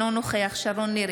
אינו נוכח שרון ניר,